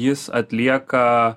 jis atlieka